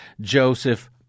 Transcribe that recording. Joseph